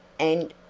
and,